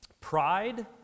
pride